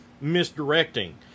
misdirecting